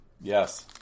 Yes